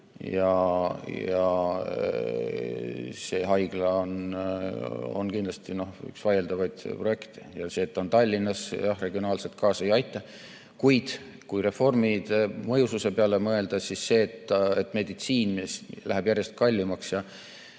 See haigla on kindlasti üks vaieldavaid projekte. See, et see on Tallinnas, regionaalset kaasa ei aita. Kuid kui reformide mõjususe peale mõelda, siis see, et meditsiin läheb järjest kallimaks ja